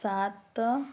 ସାତ